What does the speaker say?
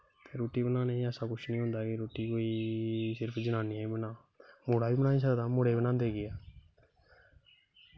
रुट्टी बनाने गी ऐसा कुछ निं होंदा कि रुट्टी सिर्फ जनानियां गै बनान मुड़ा बी बनाई सकदा मुड़े गी बनांदे केह् ऐ